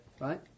Right